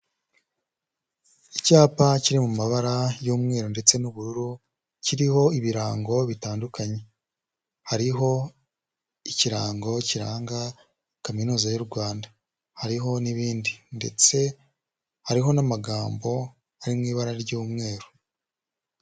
Icyapa kiri mu mabara y'umweru ndetse n'ubururu kiriho ibirango bitandukanye. Hariho ikirango kiranga kaminuza y'u Rwanda, hariho n'ibindi ndetse hariho n'amagambo ari mu ibara ry'umweru.